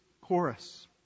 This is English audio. chorus